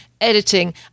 editing